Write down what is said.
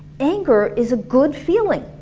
anger is a good feeling.